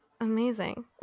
amazing